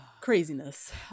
craziness